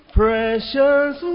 precious